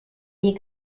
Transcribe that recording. die